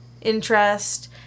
interest